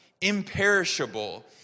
imperishable